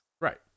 right